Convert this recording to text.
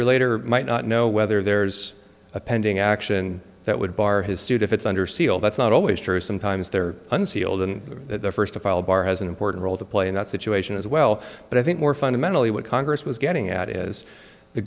every later might not know whether there's a pending action that would bar his suit if it's under seal that's not always true sometimes they're unsealed in the first a file bar has an important role to play in that situation as well but i think more fundamentally what congress was getting at is the